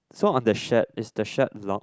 so on the shirt is the shirt long